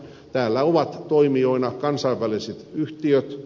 täällä ovat toimijoina kansainväliset yhtiöt